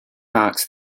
marks